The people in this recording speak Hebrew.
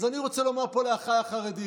אז אני רוצה לומר פה לאחיי החרדים: